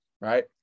right